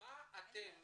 מה אתם